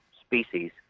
species